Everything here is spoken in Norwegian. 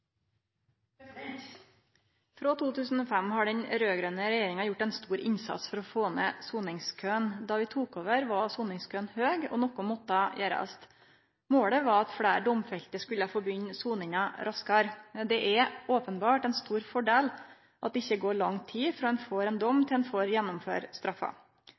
kriminalitet. Frå 2005 har den raud-grøne regjeringa gjort ein stor innsats for å få ned soningskøane. Da vi tok over, var soningskøane lange, og noko måtte gjerast. Målet var at fleire domfelte skulle få begynne soninga raskare. Det er openbert ein stor fordel at det ikkje går lang tid fra ein får ein dom til ein får gjennomføre